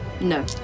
No